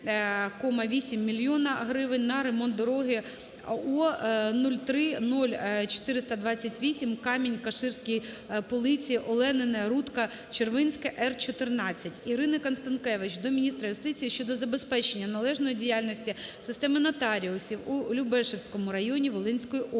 сумі 1,8 млн. грн. на ремонт дороги О-030428 - Камінь-Каширський - Полиці - Оленине - Рудка-Червинська-/ Р-14/. Ірини Констанкевич до міністра юстиції щодо забезпечення належної діяльності системи нотаріусів у Любешівському районі Волинської області.